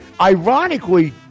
Ironically